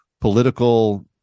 political